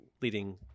leading